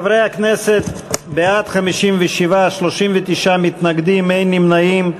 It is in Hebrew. חברי הכנסת, בעד, 57, 39 מתנגדים, אין נמנעים.